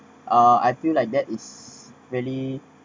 uh I feel like that is really